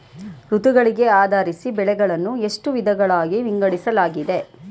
ಋತುಗಳಿಗೆ ಆಧರಿಸಿ ಬೆಳೆಗಳನ್ನು ಎಷ್ಟು ವಿಧಗಳಾಗಿ ವಿಂಗಡಿಸಲಾಗಿದೆ?